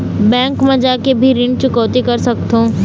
Bank मा जाके भी ऋण चुकौती कर सकथों?